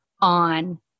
on